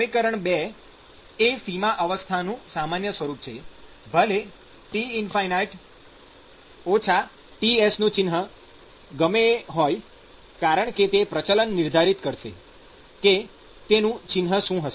સમીકરણ ૨ એ સીમા અવસ્થાઓનું સામાન્ય સ્વરૂપ છે ભલે T ͚ Ts નું ચિન્હ ગમે એ હોય કારણ કે તે પ્રચલન નિર્ધારિત કરશે કે તેનું ચિન્હ શું હશે